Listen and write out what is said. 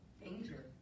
Danger